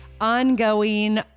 ongoing